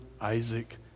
Isaac